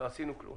לא עשינו כלום.